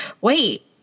wait